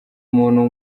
umuntu